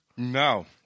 No